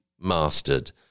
mastered